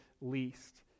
least